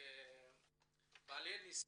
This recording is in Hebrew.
כבעלי ניסיון,